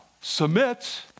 submit